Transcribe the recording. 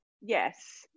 Yes